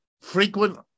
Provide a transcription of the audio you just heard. frequent